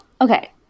okay